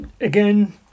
again